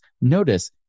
Notice